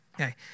Okay